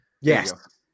Yes